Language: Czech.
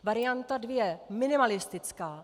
Varianta dvě minimalistická.